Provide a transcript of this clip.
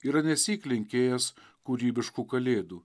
yra nesyk linkėjęs kūrybiškų kalėdų